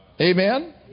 Amen